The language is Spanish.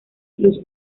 los